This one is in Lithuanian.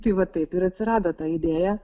tai va taip ir atsirado ta idėja